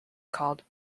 called